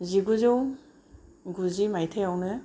जिगुजौ गुजि माइथायावनो